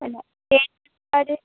അല്ല